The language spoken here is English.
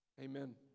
Amen